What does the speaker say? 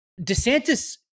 DeSantis